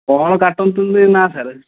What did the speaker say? କ'ଣ କାଟନ୍ତୁନି ନା ସାର୍